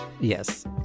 Yes